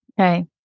Okay